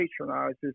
patronizes